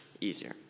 easier